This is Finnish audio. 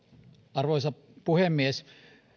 arvoisa puhemies